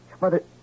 Mother